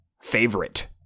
favorite